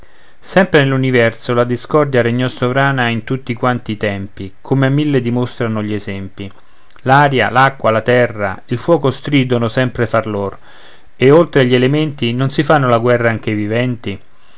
sempre nell'universo la discordia regnò sovrana in tutti quanti i tempi come a mille dimostrano gli esempi l'aria l'acqua la terra il foco stridono sempre fra lor ed oltre agli elementi non si fanno la guerra anche i viventi